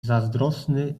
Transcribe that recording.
zazdrosny